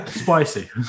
Spicy